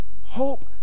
Hope